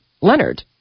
Leonard